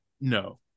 no